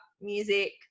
music